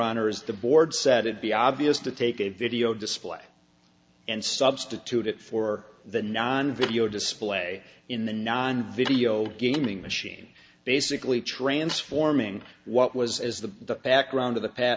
honor is the board said it be obvious to take a video display and substitute it for the non video display in the non video gaming machine basically transforming what was is the background of the